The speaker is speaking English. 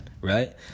right